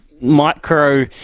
micro